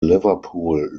liverpool